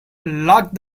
locked